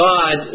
God